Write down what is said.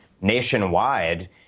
nationwide